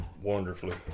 wonderfully